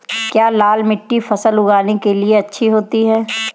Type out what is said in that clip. क्या लाल मिट्टी फसल उगाने के लिए अच्छी होती है?